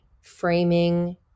framing